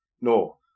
No